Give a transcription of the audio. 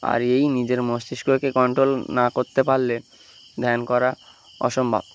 আর এই নিজের মস্তিষ্ককে কন্ট্রোল না করতে পারলে ধ্যান করা অসম্ভব